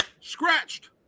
scratched